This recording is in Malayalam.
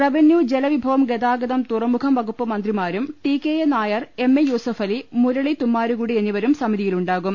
റവന്യൂ ജലവിഭവം ഗതാഗതം തുറമുഖം വകുപ്പു മന്ത്രി മാരും T K A Nair M A Yusuffali Murali Thummarukudy എന്നിവരും സമിതിയിലുണ്ടാകും